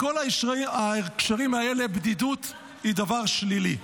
בכל ההקשרים האלה בדידות היא דבר שלילי.